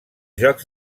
jocs